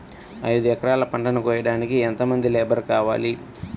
ఐదు ఎకరాల పంటను కోయడానికి యెంత మంది లేబరు కావాలి?